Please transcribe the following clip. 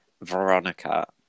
Veronica